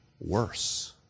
worse